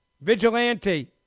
vigilante